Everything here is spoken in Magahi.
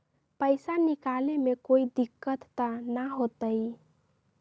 पैसा निकाले में कोई दिक्कत त न होतई?